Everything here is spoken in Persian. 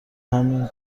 همین